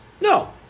No